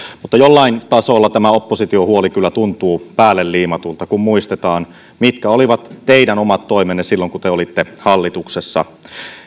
mutta jollain tasolla tämä opposition huoli kyllä tuntuu päälleliimatulta kun muistetaan mitkä olivat teidän omat toimenne silloin kun te olitte hallituksessa